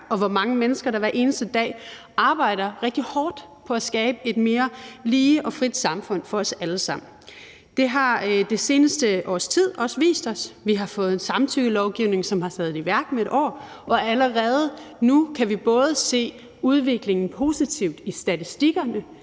og hvor mange mennesker der hver eneste dag arbejder rigtig hårdt på at skabe et mere lige og frit samfund for os alle sammen. Det har det seneste års tid også vist os. Vi har fået en samtykkelovgivning, som har været i værk i et år, og allerede nu kan vi både se udviklingen positivt i statistikkerne